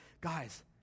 Guys